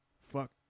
Fuck